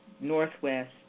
northwest